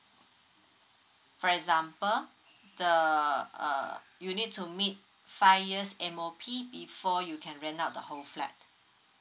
for example the uh you need to meet five years m o p before you can rent out the whole flat